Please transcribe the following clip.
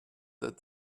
that